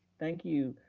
thank you.